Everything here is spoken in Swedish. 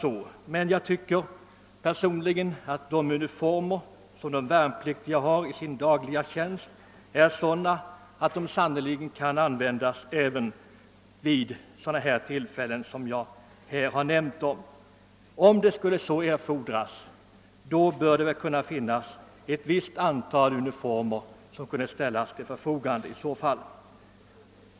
Personligen tycker jag dock att de uniformer som de värnpliktiga har i sin dagliga tjänst är sådana att de sannerligen kan användas även vid högtidligare tillfällen. Om permissionsuniformer då skulle erfordras kunde det väl finnas ett visst antal uniformer som kunde ställas till förfogande.